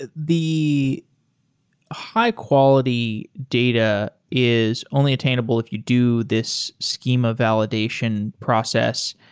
ah the high-quality data is only attainable if you do this schema validation process.